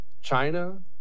China